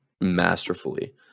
masterfully